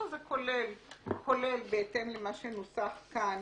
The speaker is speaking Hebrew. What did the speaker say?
שזה כולל בהתאם למה שנוסח כאן,